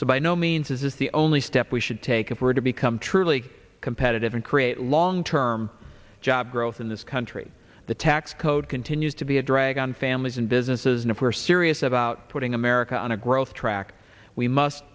so by no means is this the only step we should take if we're to become truly competitive and create long term job growth in this country the tax code continues to be a drag on families and businesses and if we're serious about putting america on a growth track we must